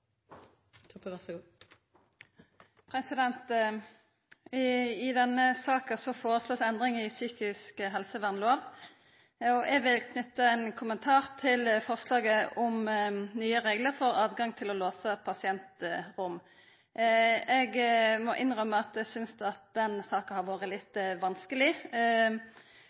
I denne saka vert det foreslått endringar i psykisk helsevernlova, og eg vil knyta ein kommentar til forslaget om nye reglar for høve til å låsa pasientrom. Eg må innrømma at eg synest den saka har vore litt vanskeleg.